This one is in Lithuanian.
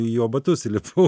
į jo batus įlipau